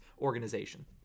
organization